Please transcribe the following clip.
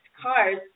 cars